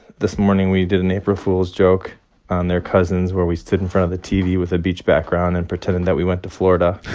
this morning, we did an april fools' joke on their cousins, where we stood in front of the tv with a beach background and pretended that we went to florida.